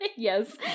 Yes